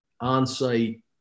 on-site